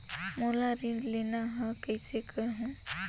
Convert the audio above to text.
मोला ऋण लेना ह, कइसे करहुँ?